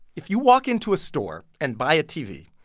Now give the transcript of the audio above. if you walk into a store and buy a tv,